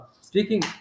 Speaking